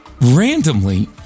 randomly